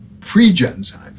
pre-genzyme